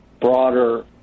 broader